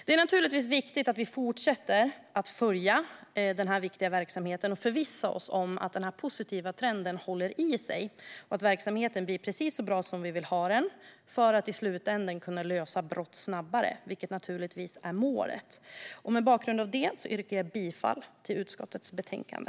Det är naturligtvis viktigt att vi fortsätter att följa denna viktiga verksamhet och förvissar oss om att denna positiva trend håller i sig och att verksamheten blir precis så bra som vi vill ha den för att man i slutänden ska kunna lösa brott snabbare, vilket naturligtvis är målet. Mot bakgrund av detta yrkar jag bifall till förslaget i utskottets betänkande.